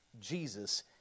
Jesus